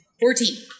Fourteen